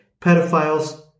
pedophiles